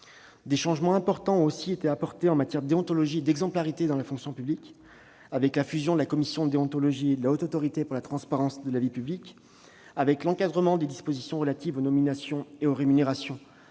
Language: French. Des changements importants ont également été apportés en matière de déontologie et d'exemplarité de la fonction publique. Je pense à la fusion de la commission de déontologie et de la Haute Autorité pour la transparence de la vie publique, la HATVP, à l'encadrement des dispositions relatives aux nominations et aux rémunérations